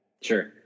Sure